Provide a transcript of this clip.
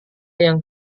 yang